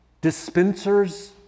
Dispensers